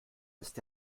ist